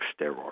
steroids